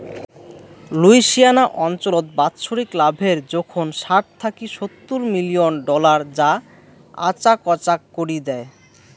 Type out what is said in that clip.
Louisiana অঞ্চলত বাৎসরিক লাভের জোখন ষাট থাকি সত্তুর মিলিয়ন ডলার যা আচাকচাক করি দ্যায়